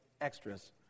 extras